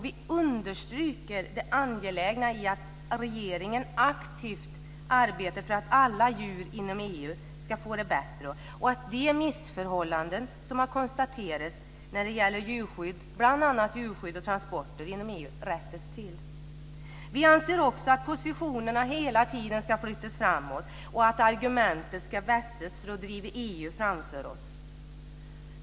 Vi understryker det angelägna i att regeringen aktivt arbetar för att alla djur inom EU ska få det bättre och att de missförhållanden som har konstaterats när det gäller bl.a. djurskydd och transporter inom EU rättas till. Vi anser också att positionerna hela tiden ska flyttas framåt och att argumenten ska vässas för att driva EU framför oss.